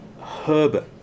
Herbert